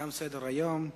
תם סדר-היום.